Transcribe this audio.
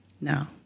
No